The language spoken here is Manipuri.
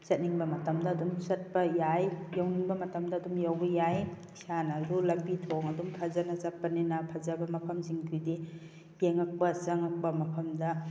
ꯆꯠꯅꯤꯡꯕ ꯃꯇꯝꯗ ꯑꯗꯨꯝ ꯆꯠꯄ ꯌꯥꯏ ꯌꯧꯅꯤꯡꯕ ꯃꯇꯝꯗ ꯑꯗꯨꯝ ꯌꯧꯕ ꯌꯥꯏ ꯏꯁꯥꯅ ꯑꯗꯨꯝ ꯂꯝꯕꯤ ꯊꯣꯡ ꯑꯗꯨꯝ ꯐꯖꯅ ꯆꯠꯄꯅꯤꯅ ꯐꯖꯕ ꯃꯐꯝꯁꯤꯡꯗꯨꯗꯤ ꯌꯦꯡꯉꯛꯄ ꯆꯉꯛꯄ ꯃꯐꯝꯗ